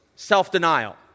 self-denial